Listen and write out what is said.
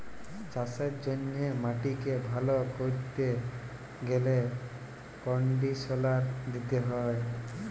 চাষের জ্যনহে মাটিক ভাল ক্যরতে গ্যালে কনডিসলার দিতে হয়